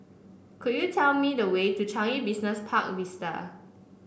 could you tell me the way to Changi Business Park Vista